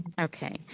Okay